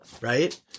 right